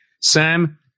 Sam